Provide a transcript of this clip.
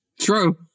True